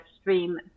stream